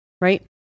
right